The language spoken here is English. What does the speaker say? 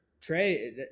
Trey